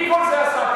מי עשה את כל זה?